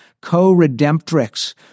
co-redemptrix